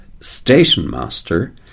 stationmaster